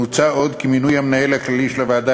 מוצע עוד כי מינוי המנהל הכללי של הוועדה